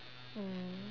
mm